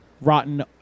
rotten